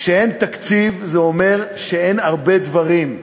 כשאין תקציב, זה אומר שאין הרבה דברים,